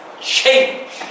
Change